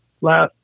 last